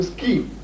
Scheme